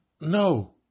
No